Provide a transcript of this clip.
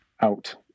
out